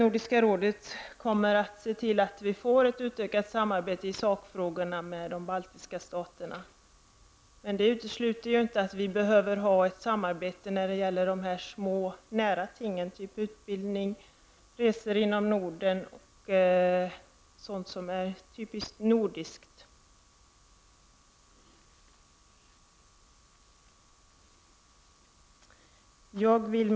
Nordiska rådet kommer säkert att se till att vi får ett utökat samarbete med de baltiska staterna när det gäller sakfrågorna. Det utesluter ju inte att det behövs ett samarbete kring de små nära tingen, typ utbildning, resor inom Norden och sådant som är typiskt nordiskt. Herr talman!